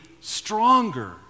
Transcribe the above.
stronger